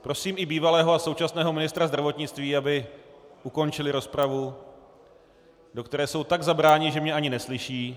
Prosím bývalého i současného ministra zdravotnictví, aby ukončili rozpravu, do které jsou tak zabráni, že mě ani neslyší.